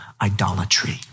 idolatry